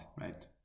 right